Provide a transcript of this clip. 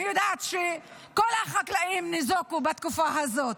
אני יודעת שכל החקלאים ניזוקו בתקופה הזאת,